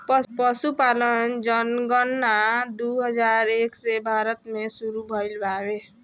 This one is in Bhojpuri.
पसुपालन जनगणना दू हजार एक से भारत मे सुरु भइल बावे